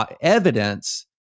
evidence